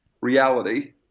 reality